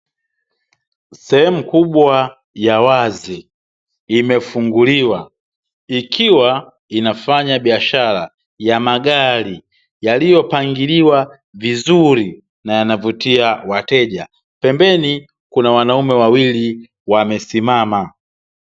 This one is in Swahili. Sehemu kubwa ya wazi imefunguliwa, ikiwa inafanya biashara ya magari yaliyopangiliwa vizuri na yanavutia wateja. Pembeni kuna wanaume wawili wamesimama.